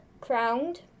Crowned